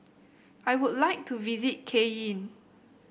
I would like to visit Cayenne